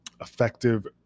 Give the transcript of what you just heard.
effective